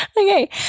Okay